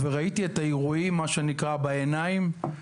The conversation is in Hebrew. ראיתי את האירועים בעיניים שלי,